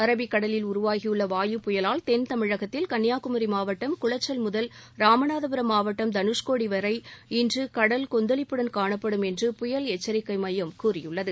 Arabic கடலில் உருவாகியுள்ள வாயு புயலால் தெள் தமிழகத்தில் கன்னியாகுமரி மாவட்டம் குளச்சல் முதல் ராமநாதபுரம் மாவட்டம் தனுஷ்கோடி வரை இன்று கடல் கொந்தளிப்புடன் காணப்படும் என்று புயல் எச்சரிக்கை மையம் கூறியுள்ளது